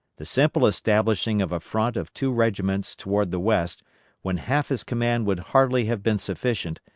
the simple establishing of a front of two regiments toward the west when half his command would hardly have been sufficient,